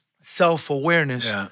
self-awareness